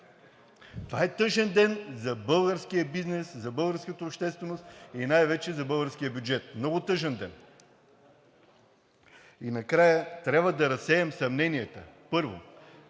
Това е тъжен ден за българския бизнес, за българската общественост и най-вече за българския бюджет. Много тъжен ден! И накрая трябва да разсеем съмненията, първо,